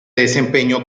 desempeñó